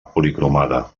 policromada